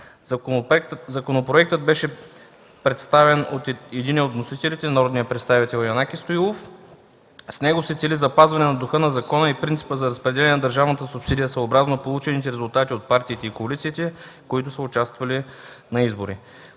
Законопроектът беше представен от един от вносителите – народния представител Янаки Стоилов. С него се цели запазване на духа на закона и принципа за разпределение на държавната субсидия, съобразно получените резултати от партиите и коалициите, които са участвали на избори.